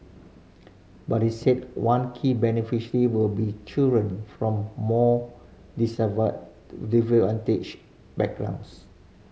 but he said one key beneficiary will be children from more backgrounds